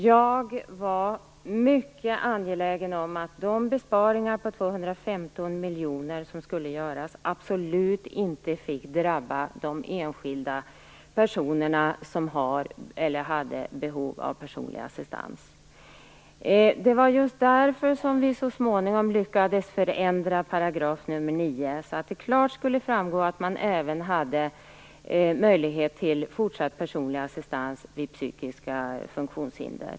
Jag var mycket angelägen om att de besparingar på 215 miljoner kronor som skulle göras absolut inte fick drabba de enskilda personer som hade eller har behov av personlig assistans. Det var just därför vi så småningom lyckades förändra paragraf nummer 9, så att det klart skulle framgå att man även hade möjlighet till fortsatt personlig assistans vid psykiska funktionshinder.